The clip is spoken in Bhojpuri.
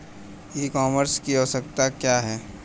ई कॉमर्स की आवशयक्ता क्या है?